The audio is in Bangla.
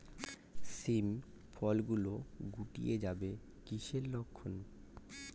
শিম ফল গুলো গুটিয়ে যাচ্ছে কিসের লক্ষন?